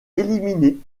éliminée